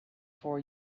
four